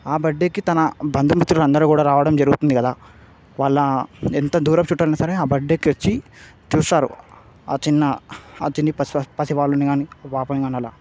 ఆ బర్త్డేకి తన బంధుమిత్రులందరూ రావడం కూడా జరుగుతుంది కదా వాళ్ళ ఎంత దూరపు చూట్టాలయిన సరే ఆ బర్త్డేకి వచ్చి చూస్తారు ఆ చిన్న ఆ చిన్ని పసి వాళ్ళని కాని పాపను కాని అలా